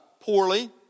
poorly